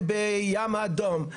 בים האדום,